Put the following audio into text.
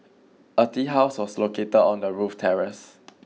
a tea house was located on the roof terrace